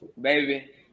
Baby